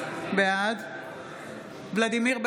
בעד ולדימיר בליאק,